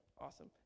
awesome